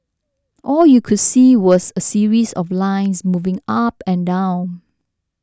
all you could see was a series of lines moving up and down